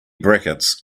brackets